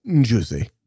juicy